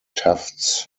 tufts